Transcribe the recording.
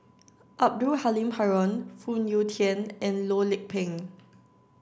abdul Halim Haron Phoon Yew Tien and Loh Lik Peng